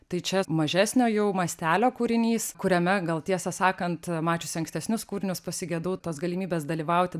tai čia mažesnio jau mastelio kūrinys kuriame gal tiesą sakant mačiusi ankstesnius kūrinius pasigedau tos galimybės dalyvauti